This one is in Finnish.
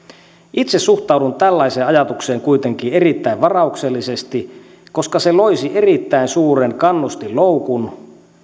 itse suhtaudun tällaiseen ajatukseen kuitenkin erittäin varauksellisesti koska se loisi erittäin suuren kannustinloukun